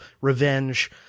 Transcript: revenge